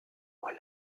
mois